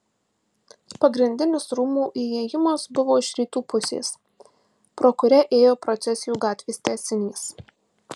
pagrindinis rūmų įėjimas buvo iš rytų pusės pro kurią ėjo procesijų gatvės tęsinys